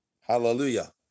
Hallelujah